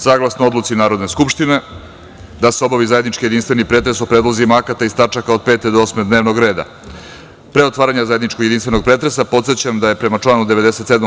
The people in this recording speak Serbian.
Saglasno odluci Narodne skupštine da se obavi zajednički jedinstveni pretres o predlozima akata iz tačaka od 5. do 8. dnevnog reda, a pre otvaranja zajedničkog jedinstvenog pretresa, podsećam vas da je prema članu 97.